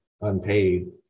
unpaid